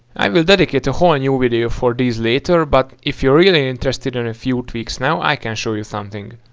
i'll dedicate a whole and new video for these later, but if you're really interested in a few tweaks now, i can show you something.